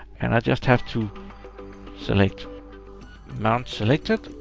and i just have to select mount selected,